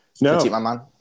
No